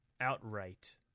outright